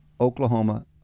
Oklahoma